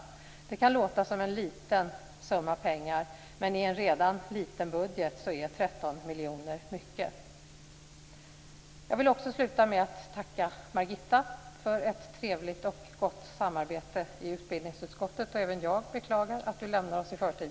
Det kan låta som en liten summa pengar, men i en redan liten budget är 13 miljoner kronor mycket. Jag vill sluta mitt anförande med att tacka Margitta Edgren för ett trevligt och gott samarbete i utbildningsutskottet. Även jag beklagar att hon lämnar oss i förtid.